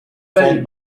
font